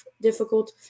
difficult